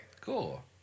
Cool